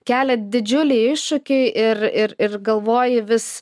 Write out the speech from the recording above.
kelia didžiulį iššūkį ir ir ir galvoji vis